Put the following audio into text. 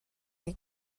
chi